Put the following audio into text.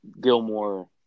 Gilmore